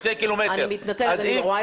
אני מתנצלת, אנחנו חייבים לסיים.